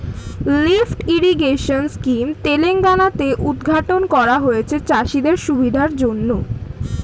lift irrigation scheme Telangana তে উদ্ঘাটন করা হয়েছে চাষিদের সুবিধার জন্যে